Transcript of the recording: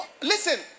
Listen